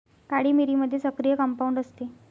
काळी मिरीमध्ये सक्रिय कंपाऊंड असते